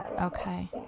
Okay